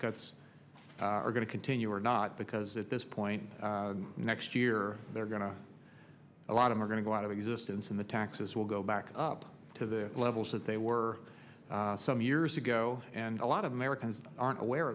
cuts are going to continue or not because at this point next year they're going to a lot of are going to go out of existence in the taxes will go back up to the levels that they were some years ago and a lot of americans aren't aware